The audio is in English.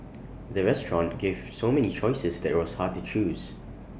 the restaurant gave so many choices that IT was hard to choose